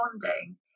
bonding